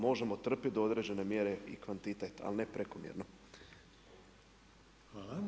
Možemo trpjeti do određene mjere kvantitet, ali ne prekomjerno.